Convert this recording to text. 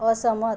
असहमत